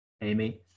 Amy